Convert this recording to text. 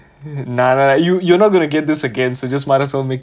you you're not going to get this again you just might as well make